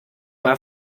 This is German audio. mal